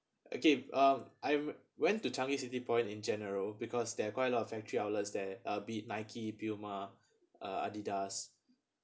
okay um I went to changi city point in general because there are quite a lot of factory outlets there uh be Nike Puma uh Adidas